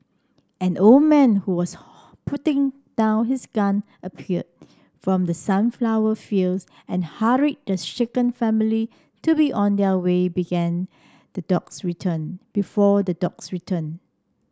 an old man who was putting down his gun appeared from the sunflower fields and hurried the shaken family to be on their way began the dogs return before the dogs return